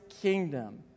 kingdom